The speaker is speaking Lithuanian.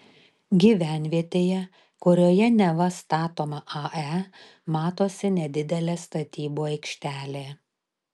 gyvenvietėje kurioje neva statoma ae matosi nedidelė statybų aikštelė